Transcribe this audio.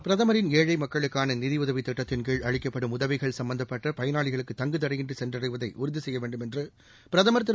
பிரதமரின் ஏழை மக்களுக்கான நிதியுதவி திட்டத்தின் கீழ் அளிக்கப்படும் உதவிகள் சம்பந்தப்பட்ட பயனாளிகளுக்கு தங்கு தடையின்றி சென்றடவதை உறுதி செய்ய வேண்டும் என்று பிரதமர் திரு